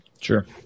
sure